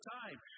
time